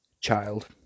child